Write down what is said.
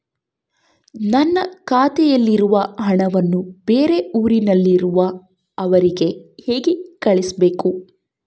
ನನ್ನ ಖಾತೆಯಲ್ಲಿರುವ ಹಣವನ್ನು ಬೇರೆ ಊರಿನಲ್ಲಿರುವ ಅವರಿಗೆ ಹೇಗೆ ಕಳಿಸಬೇಕು?